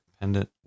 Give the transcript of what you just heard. pendant